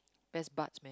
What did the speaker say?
best buds man